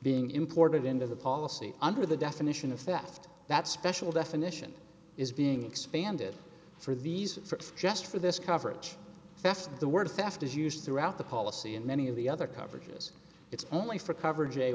being imported into the policy under the definition of theft that special definition is being expanded for these folks just for this coverage that's the word theft is used throughout the policy and many of the other coverages it's only for coverage